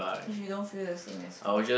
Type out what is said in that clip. if you don't feel the same as her